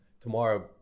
Tomorrow